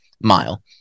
mile